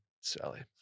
Sally